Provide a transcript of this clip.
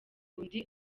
undi